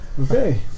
Okay